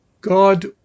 God